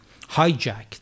hijacked